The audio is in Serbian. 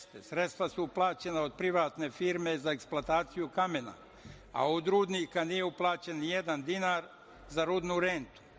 Sredstva su plaćena od privatne firme za eksploataciju kamena, a od rudnika nije uplaćen ni jedan dinar za rudnu rentu.